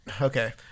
Okay